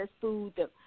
food